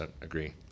agree